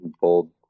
bold